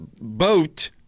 boat